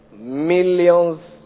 millions